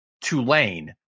Tulane